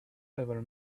ever